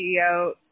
CEO